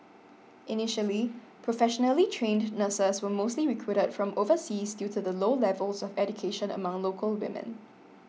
initially professionally trained nurses were mostly recruited from overseas due to the low levels of education among local women